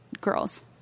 girls